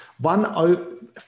One